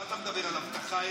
על מה אתה מדבר, על הבטחה אלוהית?